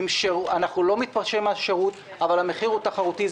אנחנו לא מתפשרים על שירות אבל המחיר הוא תחרותי.